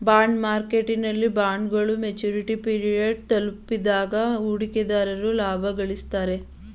bond ಮಾರ್ಕೆಟ್ನಲ್ಲಿ ಬಾಂಡ್ಗಳು maturity period ತಲುಪಿದಾಗ ಹೂಡಿಕೆದಾರರು ಲಾಭ ಗಳಿಸುತ್ತಾರೆ